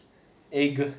eh good